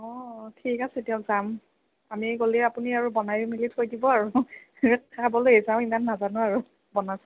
অ ঠিক আছে দিয়ক যাম আমি গ'লে আপুনি আৰু বনাই মেলি থৈ দিব আৰু খাবলৈহে যাওঁ ইমান নাজানো আৰু বনাব